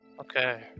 Okay